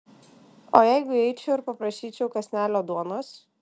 o jeigu įeičiau ir paprašyčiau kąsnelio duonos